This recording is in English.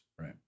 Right